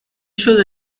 شده